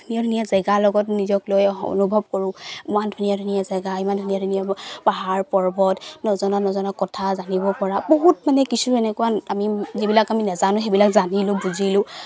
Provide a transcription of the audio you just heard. ধুনীয়া ধুনীয়া জেগাৰ লগত নিজক লৈ অনুভৱ কৰো ইমান ধুনীয়া ধুনীয়া জেগা ইমান ধুনীয়া ধুনীয়া পাহাৰ পৰ্বত নজনা নজনা কথা জানিব পৰা বহুত মানে কিছু এনেকুৱা আমি যিবিলাক আমি নাজানো সেইবিলাক জানিলো বুজিলো